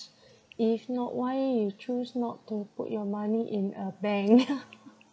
if not why you choose not to put your money in a bank